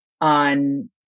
on